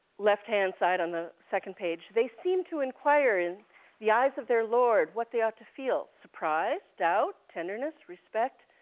left-hand side, on the second page, they seem to inquire, in the eyes of their lord, what they ought to feel, surprise, doubt, tenderness, respect,